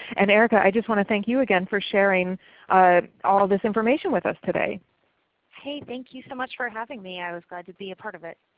and erica, i just want to thank you again for sharing all this information with us today. erica hey, thank you so much for having me. i was glad to be a part of it.